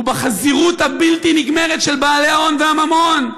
הוא בחזירות הבלתי-נגמרת של בעלי ההון והממון.